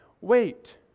wait